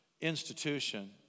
institution